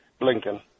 Blinken